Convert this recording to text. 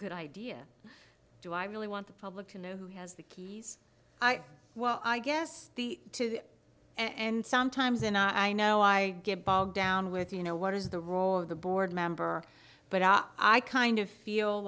good idea do i really want the public to know who has the keys well i guess the to and sometimes and i know i get bogged down with you know what is the role of the board member but i kind of feel